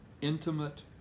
intimate